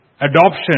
adoption